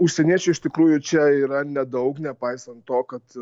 užsieniečių iš tikrųjų čia yra nedaug nepaisant to kad